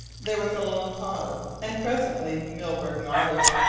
there was a long pause, and presently milburgh nodded.